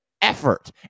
effort